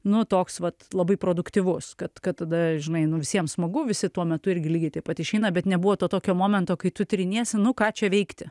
nu toks vat labai produktyvus kad kad tada žinai nu visiem smagu visi tuo metu irgi lygiai taip pat išeina bet nebuvo to tokio momento kai tu triniesi nu ką čia veikti